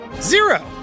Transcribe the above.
Zero